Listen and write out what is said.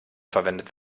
verwendet